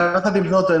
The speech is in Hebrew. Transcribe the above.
-- יחד עם זאת,